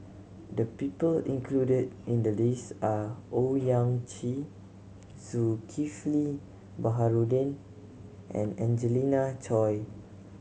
the people included in the list are Owyang Chi Zulkifli Baharudin and Angelina Choy